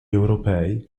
europei